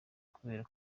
kubera